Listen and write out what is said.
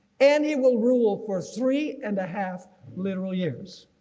and he will rule for three and a half literal years.